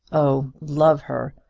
oh love her!